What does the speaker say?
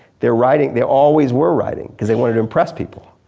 they're writing, they always were writing cause they wanted to impress people.